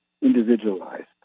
individualized